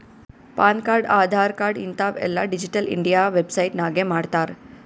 PAN card, Aadhaar card ಹಿಂತಾವ್ ಎಲ್ಲಾ digital India website ನಾಗೆ ಮಾಡ್ತಾರ್